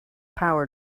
power